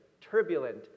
turbulent